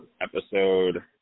episode